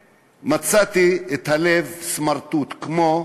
ומצאתי את הלב סמרטוט, כמו